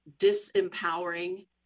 disempowering